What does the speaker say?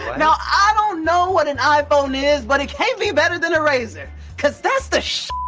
now, i don't know what an iphone is, but it can't be better than a razr. cause that's the sh